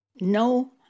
No